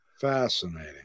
Fascinating